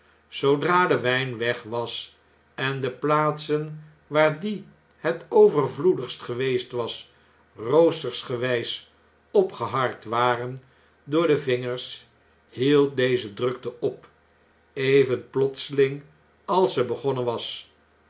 zoodra de wjjn weg was en de plaatsen waar die het overvloedigst geweest was roostersgewjjs opgeharkt waren door de vingers hield deze clrukte op even plotseling als ze begonnen was